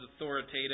authoritative